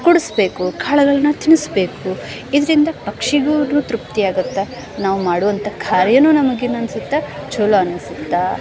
ಕುಡಿಸಬೇಕು ಕಾಳುಗಳನ್ನು ತಿನ್ನಿಸಬೇಕು ಇದರಿಂದ ಪಕ್ಷಿಗೂ ತೃಪ್ತಿ ಆಗುತ್ತೆ ನಾವು ಮಾಡ್ವಂಥ ಕಾರ್ಯವೂ ನಮ್ಗೆ ಏನು ಅನ್ಸುತ್ತೆ ಚಲೋ ಅನ್ಸುತ್ತೆ